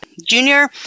Junior